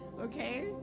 okay